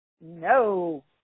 No